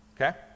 okay